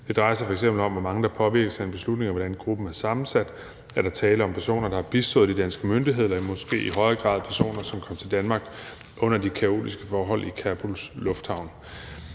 Det drejer sig f.eks. om, hvor mange der påvirkes af en beslutning om, hvordan gruppen er sammensat, og om der er tale om personer, der har bistået de danske myndigheder, eller måske i højere grad bare personer, som kom til Danmark under de kaotiske forhold i Kabuls lufthavn.